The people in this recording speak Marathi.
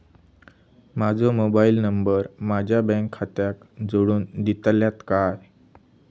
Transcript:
माजो मोबाईल नंबर माझ्या बँक खात्याक जोडून दितल्यात काय?